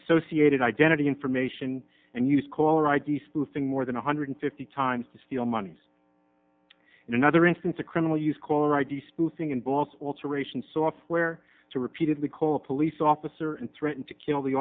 associated identity information and use caller id spoofing more than one hundred fifty times to steal money and another instance a criminal use caller id spoofing involves alteration software to repeatedly call a police officer and threaten to kill the